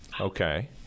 Okay